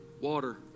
water